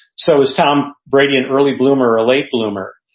so is tom brady an early bloomer or a late bloomer?